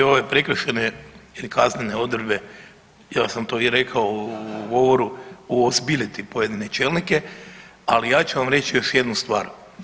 Ja mislim da će ove prekršajne ili kaznene odredbe, ja sam to i rekao u govoru uozbiljiti pojedine čelnike, ali ja ću vam reći još jednu stvar.